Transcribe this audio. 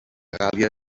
gàl·lia